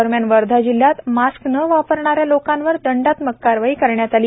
दरम्यान वर्धा जिल्ह्यात मास्क न वापरणाऱ्या लोकांवर दंडात्मक कारवाई करण्यात आली